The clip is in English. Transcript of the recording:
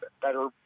better